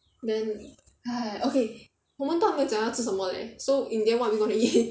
then 哎 okay 我们都还没有讲到要吃什么 leh so in the end what are we gonna eat